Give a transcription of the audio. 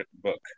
book